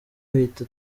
ahita